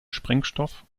sprengstoff